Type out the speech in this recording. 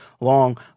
long